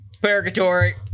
Purgatory